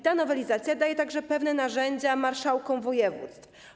Ta nowelizacja daje także pewne narzędzia marszałkom województw.